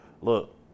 Look